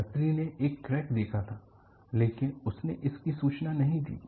यात्री ने एक क्रैक देखा था लेकिन उसने इसकी सूचना नहीं दी